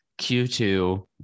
Q2